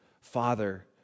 Father